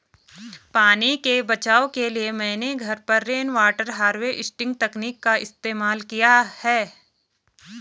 पानी के बचाव के लिए मैंने घर पर रेनवाटर हार्वेस्टिंग तकनीक का इस्तेमाल किया है